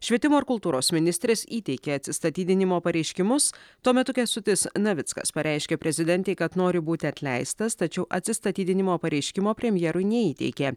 švietimo ir kultūros ministrės įteikė atsistatydinimo pareiškimus tuo metu kęstutis navickas pareiškė prezidentei kad nori būti atleistas tačiau atsistatydinimo pareiškimo premjerui neįteikė